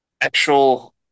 actual